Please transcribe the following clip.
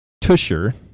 Tusher